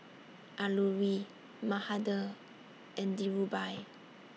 Alluri Mahade and Dhirubhai